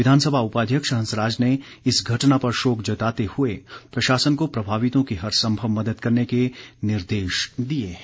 विधानसभा उपाध्यक्ष हंसराज ने इस घटना पर शोक जताते हुए प्रशासन को प्रभावितों की हर संभव मदद करने के निर्देश दिए हैं